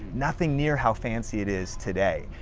nothing near how fancy it is today.